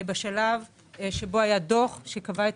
בשלב שבו היה דוח שקבע את